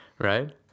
right